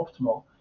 optimal